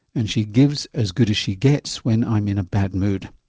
and she gives as good as she gets when i'm in a bad mood.